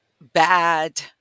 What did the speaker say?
bad